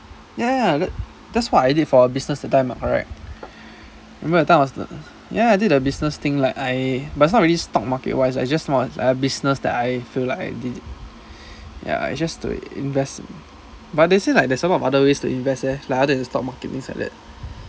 ya ya ya that's what I did for a business that time [what] correct remember that time I was ya I did the business thing like I but it's not really stock market wise I just want a business that I feel like I did yeah it's just to invest but they say like there's a lot of other ways to invest leh like other than in stock market and things like that